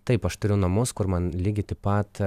taip aš turiu namus kur man lygiai taip pat